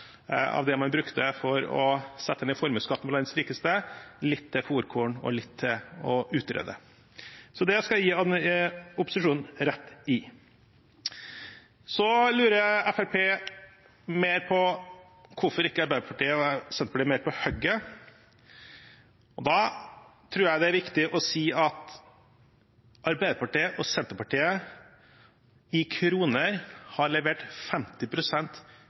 av av det man brukte for å sette ned formuesskatten for landets rikeste – litt til fôrkorn og litt til å utrede. Det skal jeg gi opposisjonen rett i. Fremskrittspartiet lurer på hvorfor ikke Arbeiderpartiet og Senterpartiet er mer på hugget. Da tror jeg det er viktig å si at Arbeiderpartiet og Senterpartiet i kroner har levert